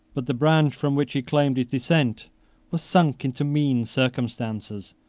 but the branch from which he claimed his descent was sunk into mean circumstances,